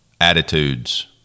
attitudes